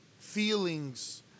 feelings